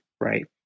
right